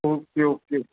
okay okay